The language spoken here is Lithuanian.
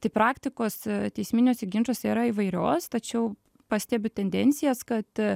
tai praktikos teisminiuose ginčuose yra įvairios tačiau pastebiu tendencijas kad